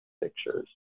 pictures